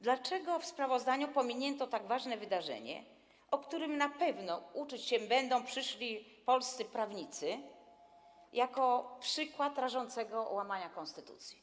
Dlaczego w sprawozdaniu pominięto tak ważne wydarzenie, o którym na pewno uczyć się będą przyszli polscy prawnicy jako przykładzie rażącego łamania konstytucji?